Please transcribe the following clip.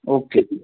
okay